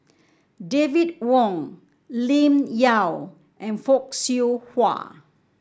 David Wong Lim Yau and Fock Siew Wah